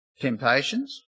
Temptations